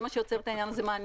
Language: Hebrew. זה מה שעושה את הדבר הזה מעניין.